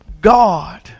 God